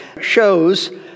shows